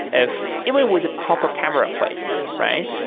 if it was a proper camera placement, right?